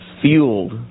fueled